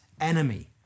enemy